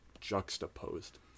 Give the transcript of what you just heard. juxtaposed